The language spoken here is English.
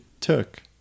took